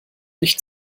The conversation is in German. nicht